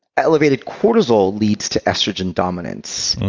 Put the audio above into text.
elevated cortisol leads to estrogen dominance.